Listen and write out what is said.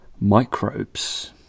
microbes